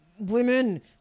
Women